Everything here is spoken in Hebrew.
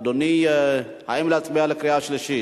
אדוני, האם להצביע בקריאה שלישית?